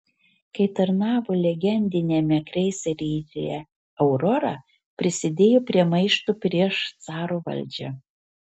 kai tarnavo legendiniame kreiseryje aurora prisidėjo prie maišto prieš caro valdžią